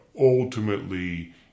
ultimately